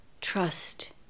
trust